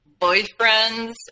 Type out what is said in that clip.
boyfriends